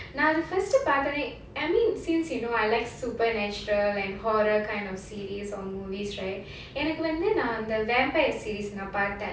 நா:naa first டு பார்த்தஒடனே:tu paartthaudanae I mean since you know I like supernatural and horror kind of series or movies right எனக்கு வந்து நா அந்த:anakku vanthu naa antha vampire series ah